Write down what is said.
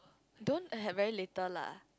don't eh have very little lah